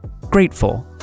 grateful